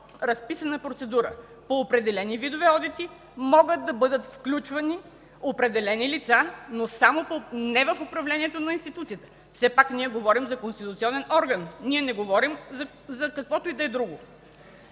разписана процедура по определени видове одити могат да бъдат включвани определени лица, но не в управлението на институцията. Все пак ние говорим за конституционен орган, не говорим за каквото и да е друго.